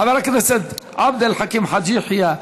חבר הכנסת עבד אל חכים חאג' יחיא,